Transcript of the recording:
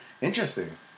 interesting